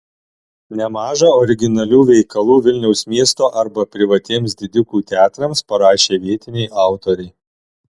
nemaža originalių veikalų vilniaus miesto arba privatiems didikų teatrams parašė vietiniai autoriai